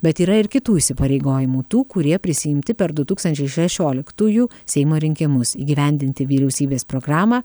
bet yra ir kitų įsipareigojimų tų kurie prisiimti per du tūkstančiai šešioliktųjų seimo rinkimus įgyvendinti vyriausybės programą